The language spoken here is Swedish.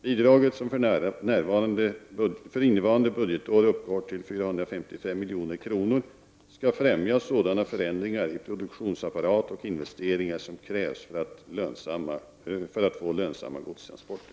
Bidraget, som för innevarande budgetår uppgår till 455 milj.kr., skall främja sådana förändringar i produktionsapparat och investeringar som krävs för att få lönsamma godstransporter.